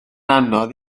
anodd